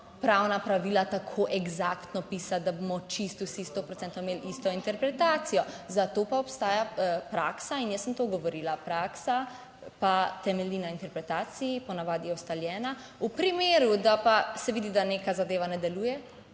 pravna pravila tako eksaktno pisati, da bomo čisto vsi sto procentno imeli isto interpretacijo, zato pa obstaja praksa. In jaz sem to govorila, praksa pa temelji na interpretaciji, po navadi je ustaljena. V primeru, da pa se vidi, da neka zadeva ne deluje,